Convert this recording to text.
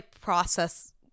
process